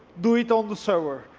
do it on the server.